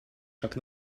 шаг